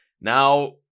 now